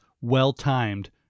well-timed